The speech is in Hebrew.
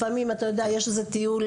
לפעמים אתה יודע יש איזה טיול,